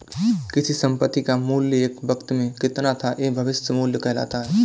किसी संपत्ति का मूल्य एक वक़्त में कितना था यह भविष्य मूल्य कहलाता है